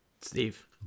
Steve